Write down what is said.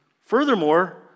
Furthermore